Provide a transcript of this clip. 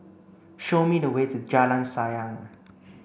show me the way to Jalan Sayang